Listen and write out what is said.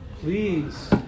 please